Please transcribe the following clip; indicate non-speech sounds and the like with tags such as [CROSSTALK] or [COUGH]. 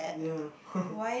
yeah [LAUGHS]